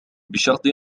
بشرط